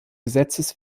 gesetzes